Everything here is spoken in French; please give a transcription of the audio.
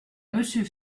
monsieur